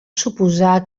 suposar